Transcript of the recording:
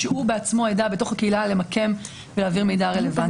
שהוא בעצמו ידע בתוך הקהילה למקם ולהעביר מידע רלוונטי.